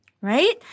Right